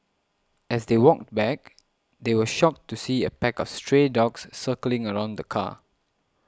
as they walked back they were shocked to see a pack of stray dogs circling around the car